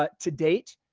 ah to date,